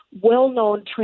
well-known